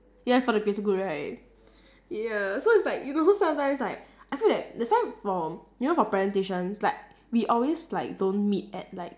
ya for the greater good right ya so it's like you know sometimes like I feel that that's why for you know for presentations like we always like don't meet at like